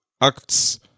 acts